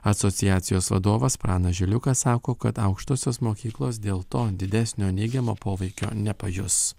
asociacijos vadovas pranas žiliukas sako kad aukštosios mokyklos dėl to didesnio neigiamo poveikio nepajus